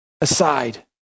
aside